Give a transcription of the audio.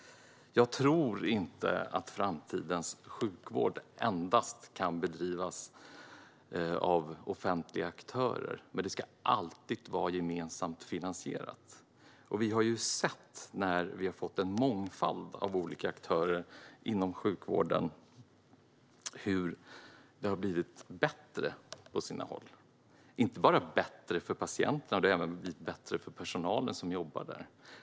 Jag tror inte att framtidens sjukvård endast kan bedrivas av offentliga aktörer, men den ska alltid vara gemensamt finansierad. Vi har när vi har fått en mångfald av olika aktörer inom sjukvården sett hur det har blivit bättre på sina håll, inte bara för patienterna utan även för personalen som jobbar där.